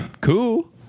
Cool